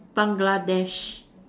Bangladesh